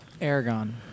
Aragon